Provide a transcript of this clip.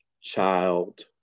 Child